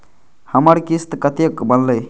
हमर किस्त कतैक बनले?